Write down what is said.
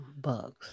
Bugs